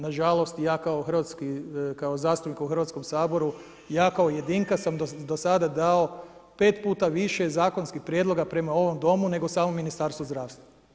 Nažalost i ja kao zastupnik u Hrvatskom saboru, ja kao jedinka sam do sada dao 5x više zakonskih prijedloga prema ovom domu nego samo Ministarstvo zdravstva.